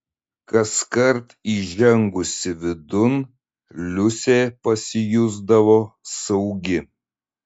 kaskart įžengusi vidun liusė pasijusdavo saugi